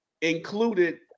included